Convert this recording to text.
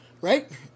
right